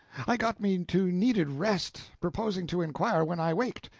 i got me to needed rest, purposing to inquire when i waked,